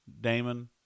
Damon